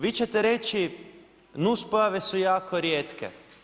Vi ćete reći nuspojave su jako rijetke.